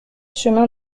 chemin